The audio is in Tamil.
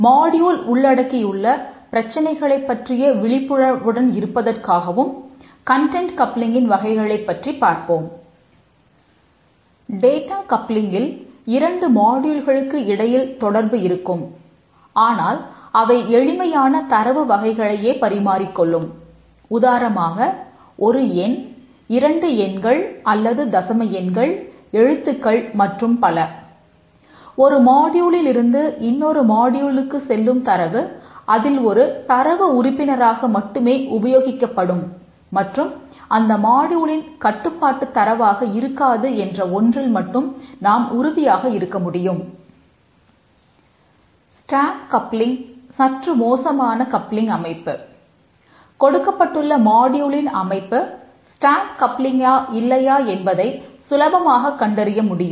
டேட்டா கப்ளிங்கில் கட்டுப்பாட்டுத் தரவாக இருக்காது என்ற ஒன்றில் மட்டும் நாம் உறுதியாக இருக்க முடியும்